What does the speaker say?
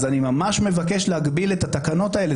אז אני ממש מבקש להגביל את התקנות האלה.